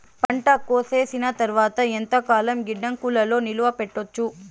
పంట కోసేసిన తర్వాత ఎంతకాలం గిడ్డంగులలో నిలువ పెట్టొచ్చు?